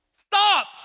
Stop